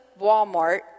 Walmart